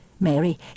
Mary